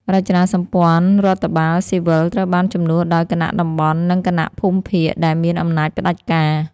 រចនាសម្ព័ន្ធរដ្ឋបាលស៊ីវិលត្រូវបានជំនួសដោយ «គណៈតំបន់» និង «គណៈភូមិភាគ» ដែលមានអំណាចផ្ដាច់ការ។